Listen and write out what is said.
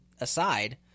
aside